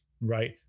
Right